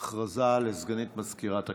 הודעה לסגנית מזכירת הכנסת.